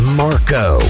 marco